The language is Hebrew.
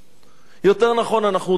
יותר נכון, אנחנו דורשים ממך: